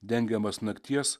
dengiamas nakties